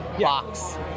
box